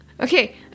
Okay